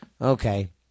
okay